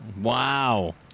wow